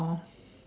oh